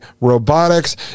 robotics